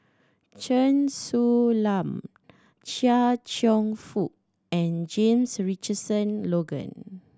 Chen Su Lan Chia Cheong Fook and James Richardson Logan